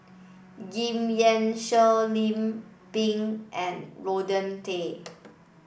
Giam Yean Song Lim Pin and Rodney Tan